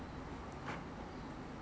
可能他没有做 liao leh resign liao